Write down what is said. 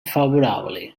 favorable